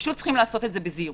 פשוט לעשות זאת בזהירות.